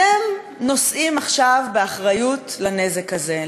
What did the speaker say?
אתם נושאים עכשיו באחריות לנזק הזה,